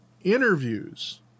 interviews